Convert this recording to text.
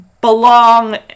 belong